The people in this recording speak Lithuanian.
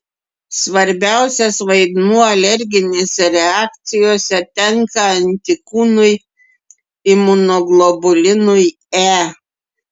svarbiausias vaidmuo alerginėse reakcijose tenka antikūnui imunoglobulinui e